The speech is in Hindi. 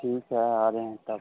ठीक है आ रहे हैं तब